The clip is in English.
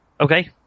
Okay